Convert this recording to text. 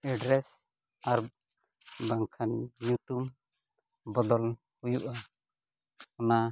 address ᱟᱨ ᱵᱟᱝᱠᱷᱟᱱ ᱧᱩᱛᱩᱢ ᱵᱚᱫᱚᱞ ᱦᱩᱭᱩᱜᱼᱟ ᱚᱱᱟ